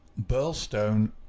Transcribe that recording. Burlstone